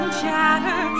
chatter